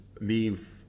leave